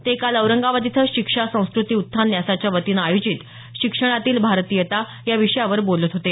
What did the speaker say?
ते काल औरंगाबाद इथं शिक्षा संस्कृती उत्थान न्यासाच्या वतीनं आयोजित शिक्षणातील भारतीयता या विषयावर बोलत होते